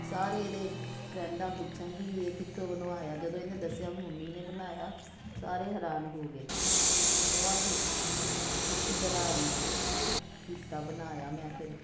ਸਾਰੇ ਇਹਦੇ ਫਰੈਂਡਾਂ ਪੁੱਛਣ ਵੀ ਇਹ ਕਿਸ ਤੋਂ ਬਣਵਾਇਆ ਜਦੋਂ ਇਹਨੇ ਦੱਸਿਆਂ ਵੀ ਮੰਮੀ ਨੇ ਬਣਾਇਆ ਸਾਰੇ ਹੈਰਾਨ ਹੋ ਗਏ ਬਹੁਤ ਅੱਛੀ ਤਰ੍ਹਾਂ ਕੀਤਾ ਬਣਾਇਆ ਮੈਂ ਫਿਰ